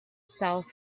south